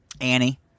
Annie